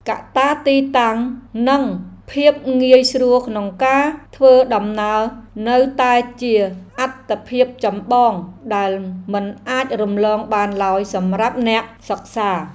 កត្តាទីតាំង និងភាពងាយស្រួលក្នុងការធ្វើដំណើរនៅតែជាអាទិភាពចម្បងដែលមិនអាចរំលងបានឡើយសម្រាប់អ្នកសិក្សា។